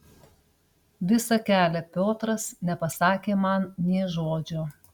visą kelią piotras nepasakė man nė žodžio